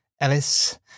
Ellis